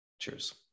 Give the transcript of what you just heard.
Cheers